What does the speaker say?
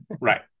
Right